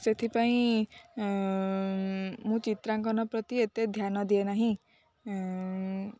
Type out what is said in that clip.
ସେଥିପାଇଁ ମୁଁ ଚିତ୍ରାଙ୍କନ ପ୍ରତି ଏତେ ଧ୍ୟାନ ଦିଏ ନାହିଁ